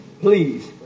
Please